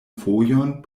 fojon